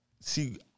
see